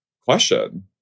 question